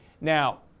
Now